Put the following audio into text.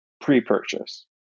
pre-purchase